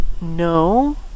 no